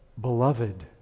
Beloved